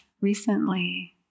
recently